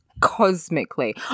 cosmically